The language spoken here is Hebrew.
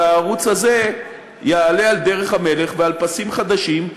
והערוץ הזה יעלה על דרך המלך ועל פסים חדשים,